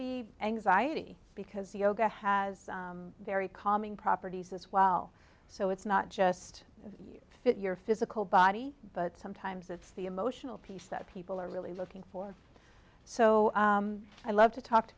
be anxiety because yoga has very calming properties as well so it's not just you fit your physical body but sometimes it's the emotional piece that people are really looking for so i love to talk to